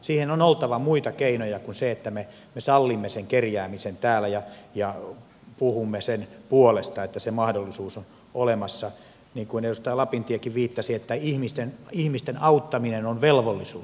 siihen on oltava muita keinoja kuin se että me sallimme sen kerjäämisen täällä ja puhumme sen puolesta että se mahdollisuus on olemassa niin kuin edustaja lapintiekin viittasi että ihmisten auttaminen on velvollisuus